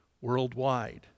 worldwide